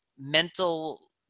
mental